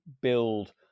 build